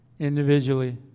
Individually